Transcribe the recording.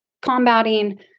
combating